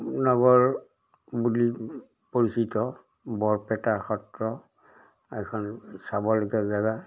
নগৰ বুলি পৰিচিত বৰপেটা সত্ৰ এখন চাবলগীয়া জেগা